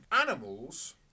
Animals